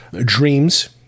dreams